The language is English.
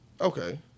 Okay